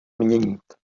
měnit